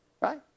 right